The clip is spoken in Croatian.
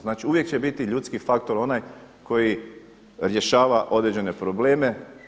Znači, uvijek će biti ljudski faktor onaj koji rješava određene probleme.